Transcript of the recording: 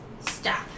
stop